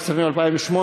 סעיף תקציבי 09,